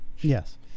Yes